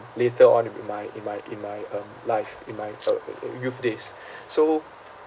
later on in my in my in my um life in my uh uh youth days so